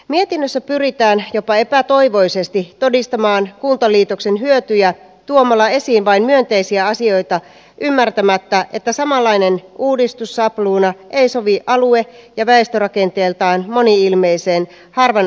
mietinnössä pyritään jopa epätoivoisesti todistamaan kuntaliitoksen hyötyjä tuomalla esiin vain myönteisiä asioita ymmärtämättä että samanlainen uudistussapluuna ei sovi alue ja väestörakenteeltaan moni ilmeiseen harvan asutuksen suomeen